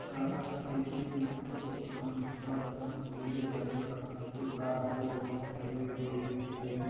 आज के जुग मे पसु पालन हर ढेरे बड़का बेपार हो होय गईस हे